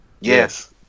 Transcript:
Yes